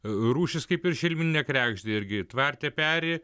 rūšis kaip ir šelmeninė kregždė irgi tvarte peri